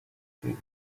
eating